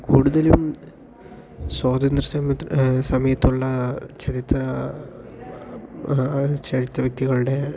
കൂടുതലും സ്വാതന്ത്ര്യ സമയത്തുള്ള ചരിത്ര ചരിത്ര വ്യക്തികളുടെ